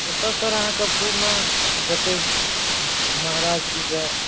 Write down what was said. ओतऽ सर अहाँकेँ पुरना जते महाराज जीकेँ